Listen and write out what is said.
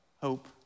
hope